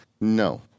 No